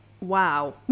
Wow